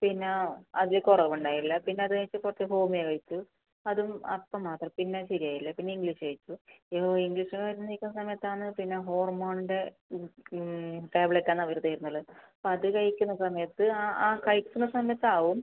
പിന്ന അതിൽ കുറവുണ്ടായില്ല പിന്നെ അത് കഴിഞ്ഞിട്ട് കുറച്ച് ഹോമിയോ കഴിച്ചു അതും അപ്പം മാത്രം പിന്നെ ശരി ആയില്ല പിന്നെ ഇംഗ്ലീഷ് കഴിച്ചു ഈ ഇംഗ്ലീഷ് മരുന്ന് കഴിക്കുന്ന സമയത്താണ് പിന്നെ ഹോർമോണിൻ്റെ ടാബ്ലെറ്റ് ആണ് അവർ തരുന്നുള്ളത് അത് കഴിക്കുന്ന സമയത്ത് ആ ആ കഴിക്കുന്ന സമയത്താവും